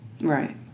Right